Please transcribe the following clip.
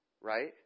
right